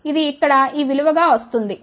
కాబట్టి అది ఇక్కడ ఈ విలువ గా వస్తుంది